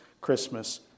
Christmas